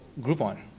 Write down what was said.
groupon